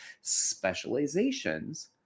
specializations